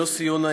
יוסי יונה,